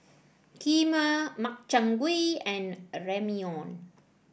Kheema Makchang Gui and Ramyeon